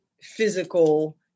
physical